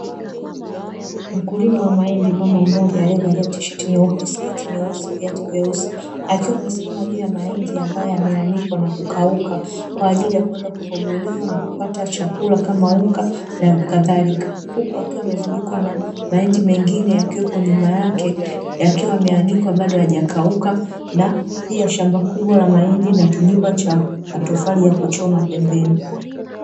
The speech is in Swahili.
Mkulima wa mahindi mama mmoja aliyevalia tisheti nyeupe, sketi nyeusi, viatu vyeusi, akiwa amesimama juu ya mahindi ambayo yameanikwa na kukauka kwa ajili ya kwenda kukombolewa na kupata chakula kama unga na kadhalika. Huku akiwa amezungukwa na mahindi mengine. Akiwepo nyuma yake yakiwa yameanikwa bado hajakauka na pia shamba kubwa la mahindi na kijumba cha matofali ya kuchoma pembeni.